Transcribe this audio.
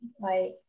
right